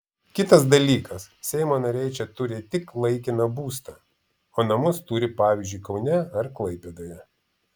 kitas dalykas seimo nariai čia turi tik laikiną būstą o namus turi pavyzdžiui kaune ar klaipėdoje